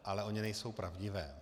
Ale ony nejsou pravdivé.